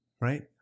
Right